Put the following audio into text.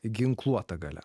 ginkluota galia